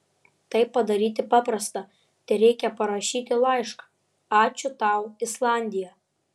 tai padaryti paprasta tereikia parašyti laišką ačiū tau islandija